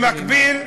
במקביל,